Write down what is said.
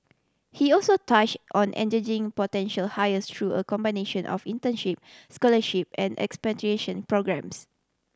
he also touch on engaging potential hires through a combination of internship scholarship and programmes